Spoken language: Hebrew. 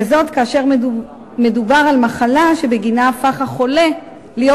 וזאת כאשר מדובר על מחלה שבגינה הפך החולה להיות